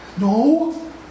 no